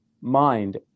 mind